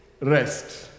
rest